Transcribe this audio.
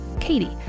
Katie